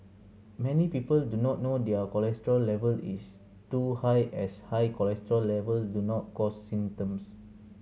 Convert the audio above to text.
many people do not know their cholesterol level is too high as high cholesterol level do not cause symptoms